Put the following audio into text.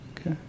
Okay